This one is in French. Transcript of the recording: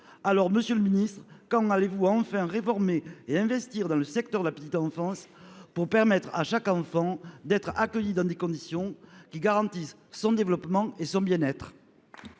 Monsieur le ministre, quand allez-vous enfin reformer le secteur de la petite enfance et investir pour permettre à chaque enfant d'être accueilli dans des conditions qui garantissent son développement et son bien-être ?